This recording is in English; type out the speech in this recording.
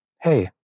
hey